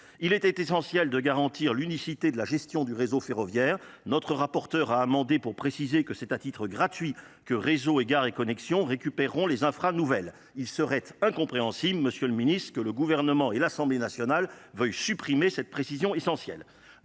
Il était essentiel de garantir l'unicité de la gestion du réseau ferroviaire, Notre rapporteure a amendé pour préciser que c'est à titre gratuit que réseaux et gares et connexions récupéreront les infrasons il serait incompréhensible M.. le ministre que le gouvernement et l'assemblée nationale veuillent supprimer cette précision essentielle.